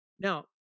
Now